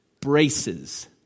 braces